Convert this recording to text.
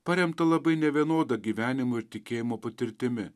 paremtą labai nevienoda gyvenimo ir tikėjimo patirtimi